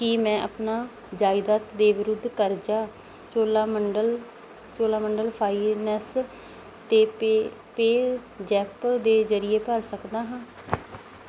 ਕੀ ਮੈਂ ਆਪਣਾ ਜਾਇਦਾਦ ਦੇ ਵਿਰੁੱਧ ਕਰਜ਼ਾ ਚੋਲਾਮੰਡਲਮ ਫਾਈਨੈਂਸ 'ਤੇ ਪੇ ਜ਼ੈਪ ਦੇ ਜਰੀਏ ਭਰ ਸਕਦਾ ਹਾਂ